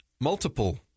multiple –